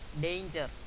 danger